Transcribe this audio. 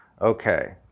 Okay